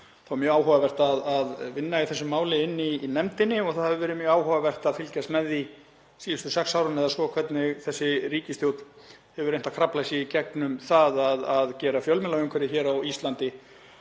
verið mjög áhugavert að vinna í þessu máli í nefndinni og það hefur verið mjög áhugavert að fylgjast með því síðustu sex árin eða svo hvernig þessi ríkisstjórn hefur reynt að krafla sig í gegnum það að gera fjölmiðlaumhverfi hér á Íslandi